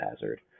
hazard